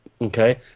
okay